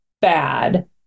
bad